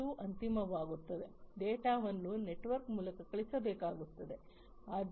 number 2 ಅಂತಿಮವಾಗಿರುತ್ತದೆ ಡೇಟಾವನ್ನು network ಮೂಲಕ ಕಳುಹಿಸಬೇಕಾಗುತ್ತದೆ